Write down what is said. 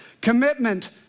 Commitment